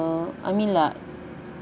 I mean like